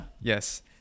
Yes